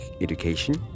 education